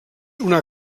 una